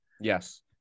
yes